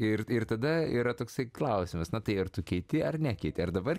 ir ir tada yra toksai klausimas na tai ar tu keiti ar nekeiti ir dabar